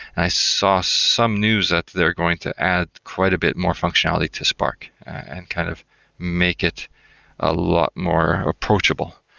i saw some news that they're going to add quite a bit more functionality to spark and kind of make it a lot more approachable.